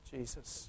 Jesus